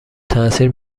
تاثیر